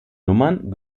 nummern